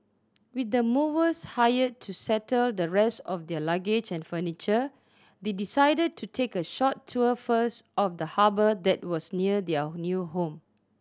with the movers hired to settle the rest of their luggage and furniture they decided to take a short tour first of the harbour that was near their new home